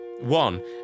One